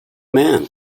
man